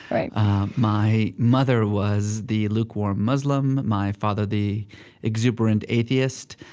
right my mother was the lukewarm muslim, my father the exuberant atheist.